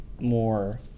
more